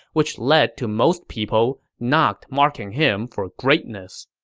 which led to most people not marking him for greatness.